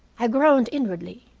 i groaned inwardly.